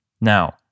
Now